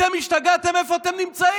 אתם השתגעתם, איפה אתם נמצאים?